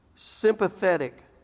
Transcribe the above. sympathetic